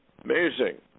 Amazing